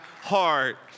heart